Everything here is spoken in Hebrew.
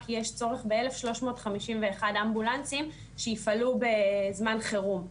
כי יש צורך ב-1351 אמבולנסים שיפעלו בזמן חירום,